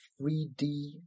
3D